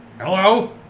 Hello